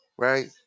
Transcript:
Right